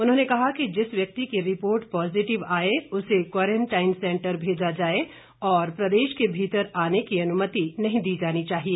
उन्होंने कहा कि जिस व्यक्ति की रिपोर्ट पॉजिटिव आए उसे क्वारंटाईन सेंटर भेजा जाए और प्रदेश के भीतर आने की अनुमति नहीं दी जानी चाहिए